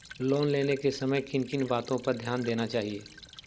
Loan लेने के समय किन किन वातो पर ध्यान देना चाहिए?